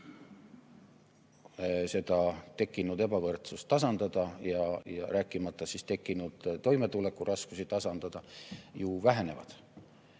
tekkinud ebavõrdsust tasandada, rääkimata tekkinud toimetulekuraskusi tasandada, ju vähenevad.